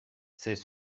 c’est